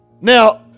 now